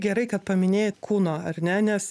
gerai kad paminėjai kūno ar ne nes